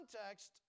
context